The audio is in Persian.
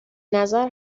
نظر